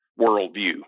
worldview